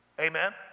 Amen